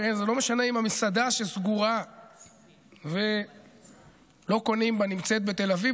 הרי זה לא משנה אם המסעדה שסגורה ולא קונים בה נמצאת בתל אביב,